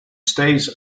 stays